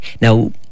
now